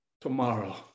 tomorrow